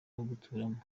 guturamo